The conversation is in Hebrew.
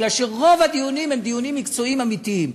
כי רוב הדיונים הם דיונים מקצועיים אמיתיים.